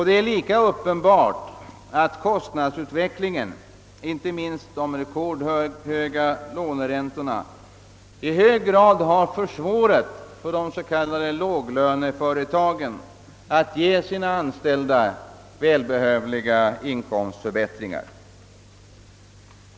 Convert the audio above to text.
Det är lika uppenbart att kostnadsutvecklingen — inte minst de rekordhöga låneräntorna — i hög grad försvårat för de s.k. låglöneföretagen att ge sina anställda välbehövliga inkomstförbättringar.